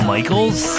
Michaels